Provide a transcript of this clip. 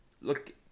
look